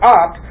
up